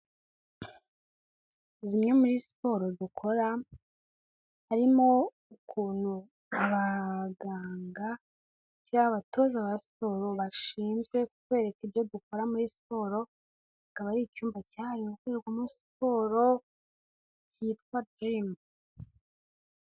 Zimwe muri siporo dukora harimo ukuntu abaganga cyangwa abatoza ba siporo bashinzwe kutwereka ibyo dukora muri siporo, kikaba ari icyumba cyahariwe gukorerwamo siporo kitwa jimu.